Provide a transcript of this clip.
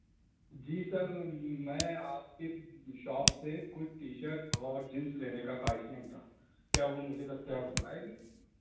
جی sir میں آپ کے شاپ سے کچھ ٹی شرٹ اور جینس لینے کا خواہش مند تھا کیا وہ مجھے دستیاب ہو پائے گی